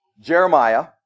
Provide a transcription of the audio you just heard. Jeremiah